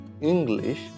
English